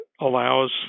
allows